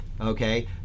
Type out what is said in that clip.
Okay